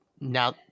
now